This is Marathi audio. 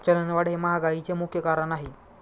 चलनवाढ हे महागाईचे मुख्य कारण आहे